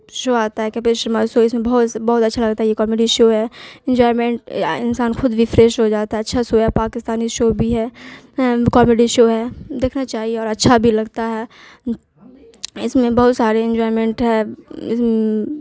شو آتا ہے کپل شرما شو اس میں بہت بہت اچھا لگتا ہے یہ کامیڈی شو ہے انجوائمنٹ انسان خود بھی فریش ہو جاتا ہے اچھا شو ہے پاکستانی شو بھی ہے کامیڈی شو ہے دیکھنا چاہیے اور اچھا بھی لگتا ہے اس میں بہت سارے انجوائمنٹ ہے